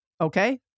okay